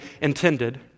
intended